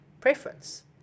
preference